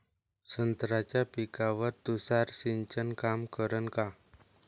संत्र्याच्या पिकावर तुषार सिंचन काम करन का?